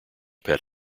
pet